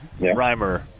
Reimer